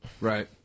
Right